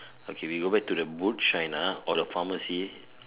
okay we go back to the boot shine ah or the pharmacy